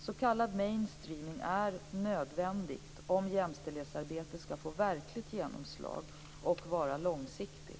S.k. mainstreaming är nödvändigt om jämställdhetsarbetet skall få verkligt genomslag och vara långsiktigt.